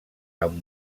amb